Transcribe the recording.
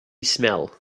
smell